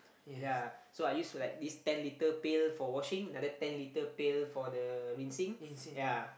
ya so I use to like this ten litre pail for washing another ten litre pail for the rinsing ya